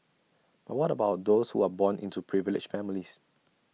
but what about those who are born into privileged families